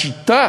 השיטה